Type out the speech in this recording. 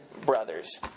brothers